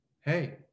Hey